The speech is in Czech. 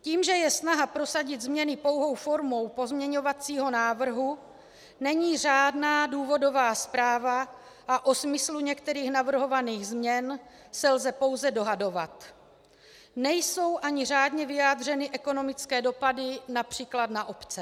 Tím, že je snaha prosadit změny pouhou formou pozměňovacího návrhu, není řádná důvodová zpráva a o smyslu některých navrhovaných změn se lze pouze dohadovat, nejsou ani řádně vyjádřeny ekonomické dopady např. na obce.